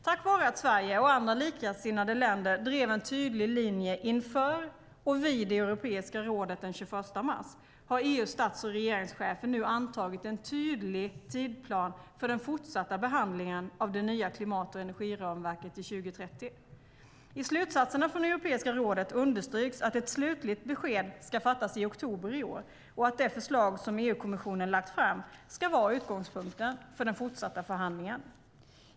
Tack vare att Sverige och andra likasinnade länder drev en tydlig linje inför och vid Europeiska rådet den 21 mars har EU:s stats och regeringschefer nu antagit en tydlig tidsplan för den fortsatta behandlingen av det nya klimat och energiramverket till 2030. I slutsatserna från Europeiska rådet understryks att ett slutligt beslut ska fattas i oktober i år och att det förslag som EU-kommissionen lagt fram ska vara utgångspunkten för den fortsatta förhandlingen.